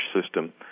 system